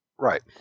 Right